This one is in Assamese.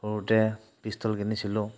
সৰুতে পিষ্টল কিনিছিলোঁ